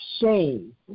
shame